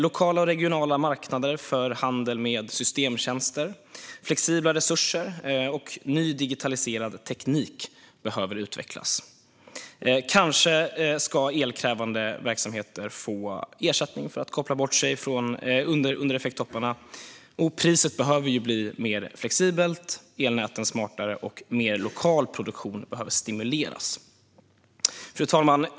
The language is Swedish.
Lokala och regionala marknader för handel med systemtjänster, flexibla resurser och ny digitaliserad teknik behöver utvecklas. Kanske ska elkrävande verksamheter få ersättning för att koppla bort sig under effekttopparna. Priset behöver bli mer flexibelt, elnäten behöver bli smartare och mer lokal produktion behöver stimuleras. Fru talman!